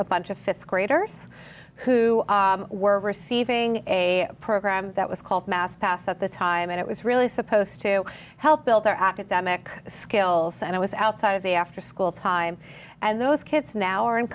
a bunch of th graders who were receiving a program that was called mass pass at the time and it was really supposed to help build their academic skills and i was outside of the after school time and those kids now are in